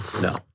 No